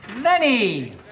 Lenny